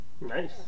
Nice